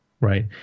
Right